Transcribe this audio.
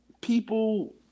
People